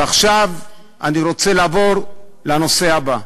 ועכשיו אני רוצה לעבור לנושא הבא: